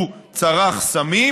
הוא צרך סמים,